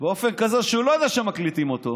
באופן כזה שהוא לא יודע שמקליטים אותו,